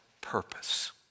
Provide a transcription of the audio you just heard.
purpose